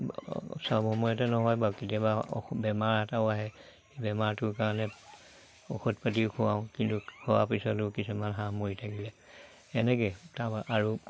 চব সময়তে নহয় বাৰু কেতিয়াবা বেমাৰ এটাও আহে বেমাৰটোৰ কাৰণে ঔষধ পাতিও খুৱাওঁ কিন্তু খোৱাৰ পিছতো কিছুমান হাঁহ মৰি থাকিলে এনেকে তাৰপা আৰু